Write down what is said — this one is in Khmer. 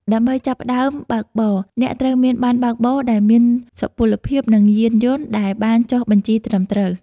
ដើម្បីចាប់ផ្តើមបើកបរ អ្នកត្រូវមានប័ណ្ណបើកបរដែលមានសុពលភាព និងយានយន្តដែលបានចុះបញ្ជីត្រឹមត្រូវ។